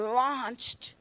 launched